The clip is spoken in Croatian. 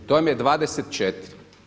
To vam je 24.